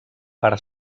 part